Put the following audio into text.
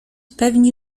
pewni